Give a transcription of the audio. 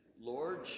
Lord